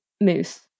moose